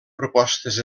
propostes